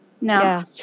Now